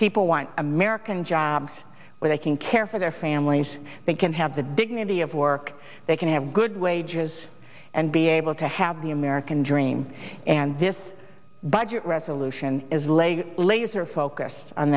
people want american jobs but i can care for their families they can have the dignity of work they can have good wages and be able to have the american dream and this budget resolution is leg laser focused on